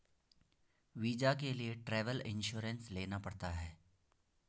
visa के लिए travel insurance लेना पड़ता है